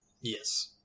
Yes